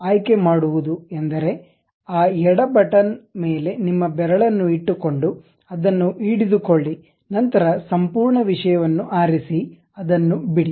ಆಯ್ಕೆ ಮಾಡುವದು ಎಂದರೆ ಆ ಎಡ ಬಟನ್ ಮೇಲೆ ನಿಮ್ಮ ಬೆರಳನ್ನು ಇಟ್ಟುಕೊಂಡು ಅದನ್ನು ಹಿಡಿದುಕೊಳ್ಳಿ ನಂತರ ಸಂಪೂರ್ಣ ವಿಷಯವನ್ನು ಆರಿಸಿ ಅದನ್ನು ಬಿಡಿ